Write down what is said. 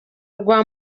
rwa